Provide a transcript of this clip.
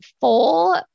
full